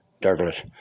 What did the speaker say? Douglas